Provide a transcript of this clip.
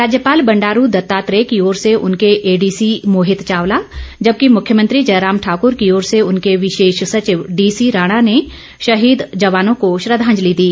राज्यपाल बंडारू दत्तात्रेय की ओर से उनके एडीसी मोहित चावला जबकि मुख्यमंत्री जयराम ठाक्र की और से उनके विशेष सचिव डीसीराणा ने शहीद जवानों को श्रद्धांजलि दी